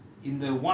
because